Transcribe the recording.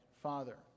Father